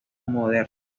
modernas